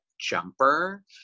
jumper